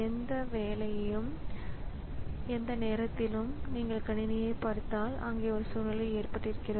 ஏனென்றால் சிறிது நேரம் கழித்து அது செயல்பாட்டை மறுதொடக்கம் செய்ய வேண்டும்